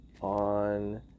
on